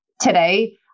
today